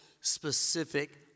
specific